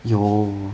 有